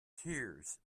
tears